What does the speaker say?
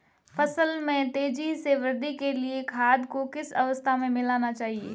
फसल में तेज़ी से वृद्धि के लिए खाद को किस अवस्था में मिलाना चाहिए?